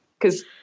because-